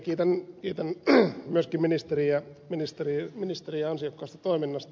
ja kiitän myöskin ministeriä ansiokkaasta toiminnasta